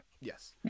yes